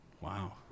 Wow